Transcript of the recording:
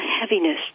heaviness